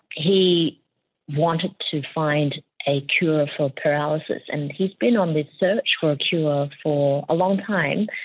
he wanted to find a cure for paralysis, and he's been on this search for a cure for a long time,